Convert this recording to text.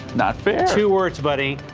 not fair to words buddy.